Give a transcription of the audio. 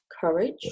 courage